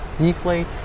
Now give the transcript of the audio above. deflate